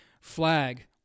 flag